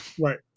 Right